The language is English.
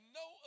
no